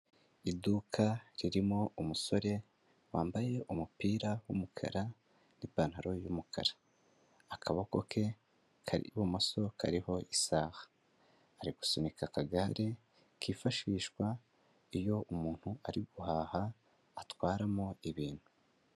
Iduka ririmo umusore wambaye umupira w'umukara n'ipantaro y'umukara, akaboko ke k'ibumoso kariho isaha, ari gusunika akagare kifashishwa iyo umuntu ari guhaha atwaramo ibintu.